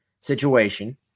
situation